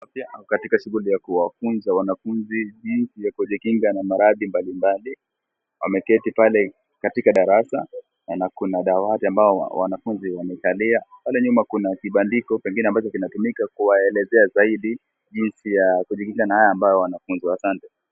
Mhudumu wa afya yuko katika shughuli ya kuwafunza wanafunzi jinsi ya kujikinga na maradhi mbalimbali . Wameketi pale katika darasa na kuna dawati ambayo wanafunzi wamekalia. Pale nyuma kuna kibandiko pengine ambacho kinatumika kuwaelezea zaidi jinsi ya kujikinga na hayo ambayo wanafunzwa. Asante.